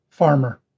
Farmer